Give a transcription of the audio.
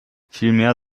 vielmehr